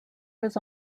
was